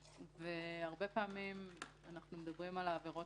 הרבה פעמים אנחנו מדברים על העבירות